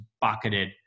bucketed